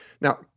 Now